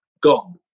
gone